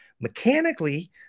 Mechanically